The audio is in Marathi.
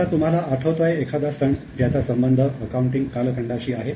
आता तुम्हाला आठवतोय एखादा सण ज्याचा संबंध अकाउंटिंग कालखंडाशी आहे